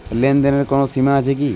লেনদেনের কোনো সীমা আছে কি?